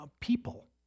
people